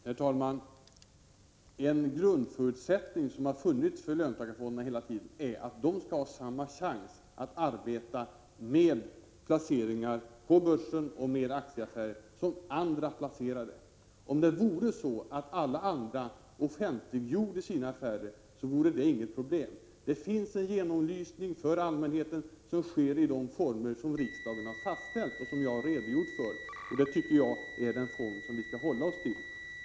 Herr talman! En grundförutsättning för löntagarfonderna har hela tiden varit att de skall ha samma chans som andra att arbeta med placeringar på börsen och med aktieaffärer. Om det vore så, att alla andra offentliggjorde sina affärer, skulle det inte vara något problem. Det finns en genomlysning för allmänheten, och den sker i de former som riksdagen har fastställt och som jag har redogjort för. Jag tycker att det är den form som vi skall hålla oss till.